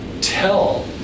tell